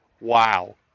Wow